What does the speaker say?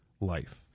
life